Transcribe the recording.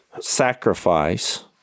sacrifice